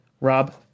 Rob